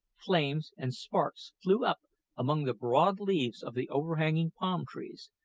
flames, and sparks flew up among the broad leaves of the overhanging palm-trees,